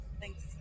Thanks